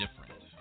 different